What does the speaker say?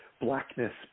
blackness